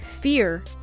Fear